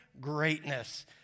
greatness